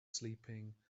sleeping